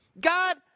God